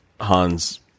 Han's